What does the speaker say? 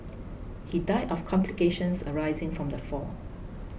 he died of complications arising from the fall